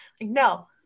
no